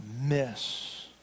miss